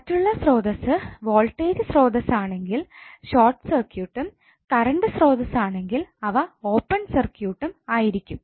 മറ്റുള്ള സ്രോതസ്സ് വോൾട്ടേജ് സ്രോതസ്സ് ആണെങ്കിൽ ഷോർട് സർക്യൂട്ടും കറണ്ട് സ്രോതസ്സ് ആണെങ്കിൽ അവ ഓപ്പൺ സർക്യൂട്ടും ആയിരിക്കും